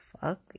fuck